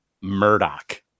Murdoch